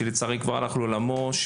שלצערי כבר הלך לעולמו,